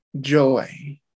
joy